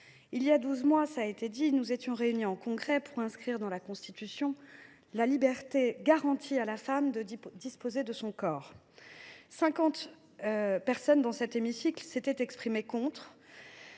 il y a douze mois, nous étions réunis en Congrès pour inscrire dans la Constitution la liberté garantie à la femme de disposer de son corps. Cinquante personnes dans cet hémicycle s’étaient prononcées contre